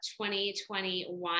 2021